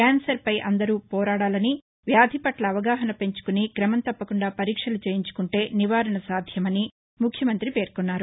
క్యాన్సర్పై అందరూ పోరాడాలని వ్యాధి పట్ల అవగాహన పెంచుకుని క్రమం తప్పకుండా పరీక్షలు చేయించుకుంటే నివారణ సాధ్యమని ముఖ్యమంత్రి పేర్కొన్నారు